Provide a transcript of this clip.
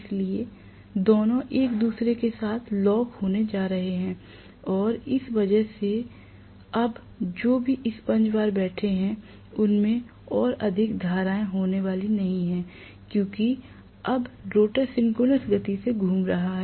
इसलिए दोनों एक दूसरे के साथ लॉक होने जा रहे हैं और इस वजह से अब जो भी स्पंज बार बैठे हैं उनमें और अधिक धाराएं होने वाली नहीं हैं क्योंकि अब रोटर सिंक्रोनस गति से घूम रहा है